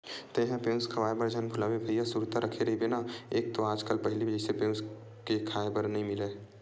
तेंहा पेयूस खवाए बर झन भुलाबे भइया सुरता रखे रहिबे ना एक तो आज कल पहिली जइसे पेयूस क खांय बर नइ मिलय